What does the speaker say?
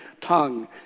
tongue